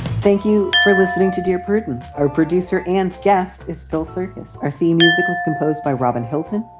thank you for listening to dear prudence, our producer and guest is still circus. our theme music was composed by robin hilton.